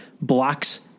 blocks